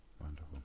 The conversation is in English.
Wonderful